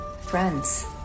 friends